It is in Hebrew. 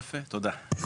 יפה, תודה.